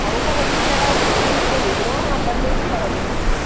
अहो परवा तुमच्याकडं औषध घेऊन गेलेलो आता लय दुखा लागलं आहे पोटात